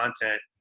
content